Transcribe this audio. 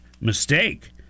mistake